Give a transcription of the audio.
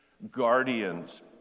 guardians